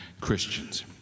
Christians